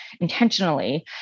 intentionally